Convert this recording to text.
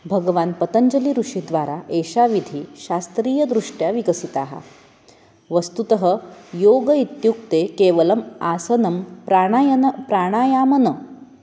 भगवान् पतञ्जलि ऋषिद्वारा एषः विधिः शास्त्रीयदृष्ट्या विकसितः वस्तुतः योगः इत्युक्ते केवलम् आसनं प्राणायनं प्राणायामः न